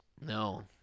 No